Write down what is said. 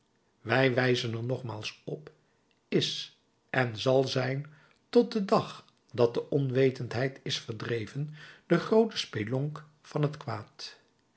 wij wijzen er nogmaals op is en zal zijn tot den dag dat de onwetendheid is verdreven de groote spelonk van het kwaad